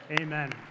amen